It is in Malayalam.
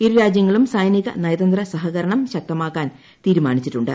ഇരു രാജ്യങ്ങളും സൈനിക നയതന്ത്ര സഹകരണം ശക്തമാക്കാൻ തീരുമാനിച്ചിട്ടുണ്ട്